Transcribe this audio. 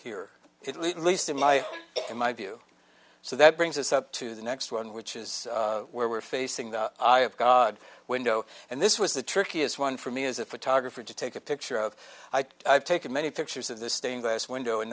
here it least in my in my view so that brings us up to the next one which is where we're facing the eye of god window and this was the trickiest one for me as a photographer to take a picture of i've taken many pictures of the stained glass window and